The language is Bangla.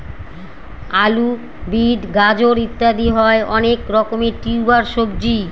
আলু, বিট, গাজর ইত্যাদি হয় অনেক রকমের টিউবার সবজি